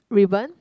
ribbon